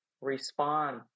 respond